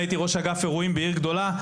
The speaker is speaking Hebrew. הייתי ראש אגף אירועים בעיר גדולה.